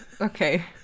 Okay